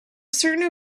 certain